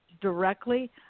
directly